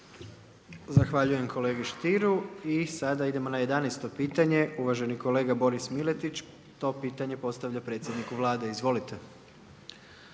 Zahvaljujem kolegi Stieru. I sada idemo na 11 pitanje. Uvaženi kolega Boris Miletić to pitanje postavlja predsjedniku Vlade. Izvolite.